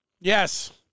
Yes